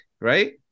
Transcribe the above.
right